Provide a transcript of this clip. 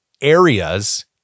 areas